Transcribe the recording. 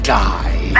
die